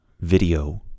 video